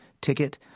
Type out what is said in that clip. ticket